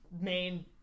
main